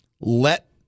let